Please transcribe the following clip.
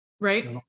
Right